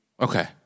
okay